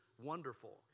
wonderful